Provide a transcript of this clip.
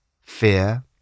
Fear